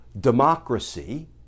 democracy